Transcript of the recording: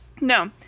No